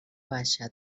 baixa